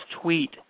tweet –